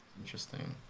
interesting